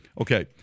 okay